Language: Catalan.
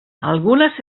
algunes